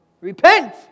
repent